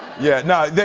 yeah, nah,